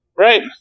right